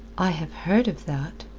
i have heard of that,